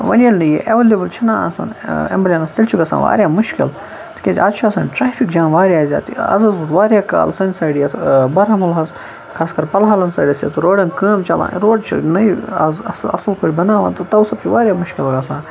وۄنۍ ییٚلہِ نہٕ یہٕ ایویلیبٕل چھُنہٕ آسان ایمبلینس تیلہِ چھُ گَژھان واریاہ مُشکِل تِکیاز آز چھُ آسان ٹرٛیفِک جام واریاہ زیادٕ آز حظ وات واریاہ کال سانہِ سایِڈٕ یَتھ بارہملہَس خاص کَر پَلہالَن سایِڈَس یَتھ روڈَن کٲم چھِ چَلان روڈ چھِ نٕے آز اَصٕل اَصٕل پٲٹھۍ بَناوان تہٕ تَوسب چھُ واریاہ مُشکِل گَژھان